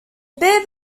bib